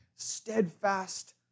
steadfast